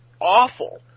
awful